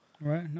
Right